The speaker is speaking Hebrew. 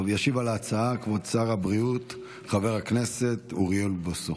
ישיב על ההצעה כבוד שר הבריאות חבר הכנסת אוריאל בוסו,